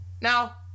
Now